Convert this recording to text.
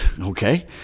okay